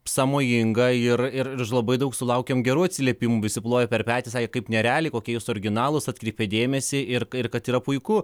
sąmojinga ir ir ir labai daug sulaukėm gerų atsiliepimų visi plojo per petį sakė kaip nerealiai kokie jūs originalūs atkreipė dėmesį ir ir kad yra puiku